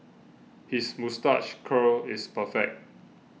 his moustache curl is perfect